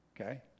okay